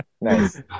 Nice